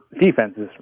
defenses